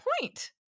point